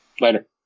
Later